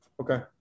Okay